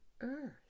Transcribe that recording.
earth